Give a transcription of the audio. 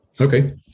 Okay